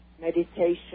meditation